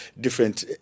different